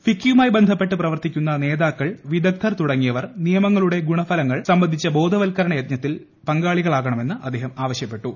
ഫിക്കിയുമായി ബന്ധപ്പെട്ട് പ്രവർത്തിക്കുന്ന നേതാക്കൾ വിദഗ്ധർ തുടങ്ങിയവർ നിയമങ്ങളുടെ ഗുണഫലങ്ങൾ സംബന്ധിച്ച ബോധവൽക്കരണ യജ്ഞത്തിൽ പങ്കാളികളാകണമെന്ന് അദ്ദേഹം ആവശ്യപ്പെട്ടു